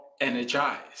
energized